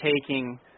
taking –